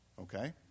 Okay